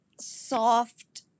soft